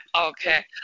Okay